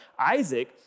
Isaac